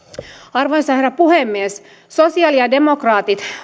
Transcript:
arvoisa herra puhemies sosialidemokraatit